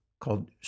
called